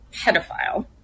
pedophile